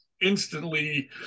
instantly